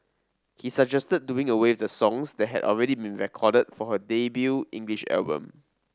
he suggested doing away with the songs that had already been recorded for her debut English album